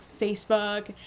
Facebook